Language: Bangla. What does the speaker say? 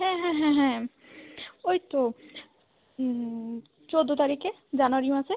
হ্যাঁ হ্যাঁ হ্যাঁ হ্যাঁ ওই তো চোদ্দ তারিখে জানুয়ারি মাসে